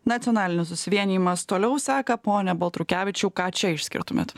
nacionalinis susivienijimas toliau seka pone baltrukevičiau ką čia išskirtumėt